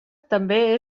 també